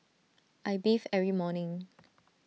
I bathe every morning